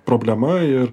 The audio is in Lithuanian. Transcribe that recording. problema ir